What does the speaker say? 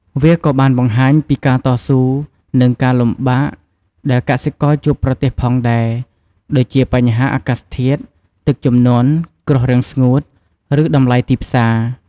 វាក៏បានបង្ហាញពី ការតស៊ូ និងការលំបាក ដែលកសិករជួបប្រទះផងដែរ ដូចជាបញ្ហាអាកាសធាតុ ទឹកជំនន់ គ្រោះរាំងស្ងួត ឬតម្លៃទីផ្សារ។